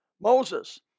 Moses